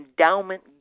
endowment